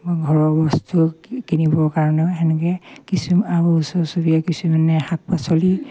ঘৰৰ বস্তু কিনিবৰ কাৰণেও সেনেকে কিছু আৰু ওচৰ চুবুৰীয়া কিছুমানে শাক পাচলি